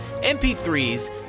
MP3s